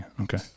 Okay